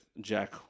jack